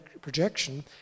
projection